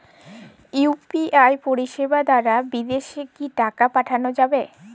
UPI পরিষেবা দারা বিদেশে কি টাকা পাঠানো যাবে?